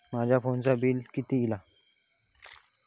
माझ्या फोनचा बिल किती इला?